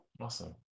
Awesome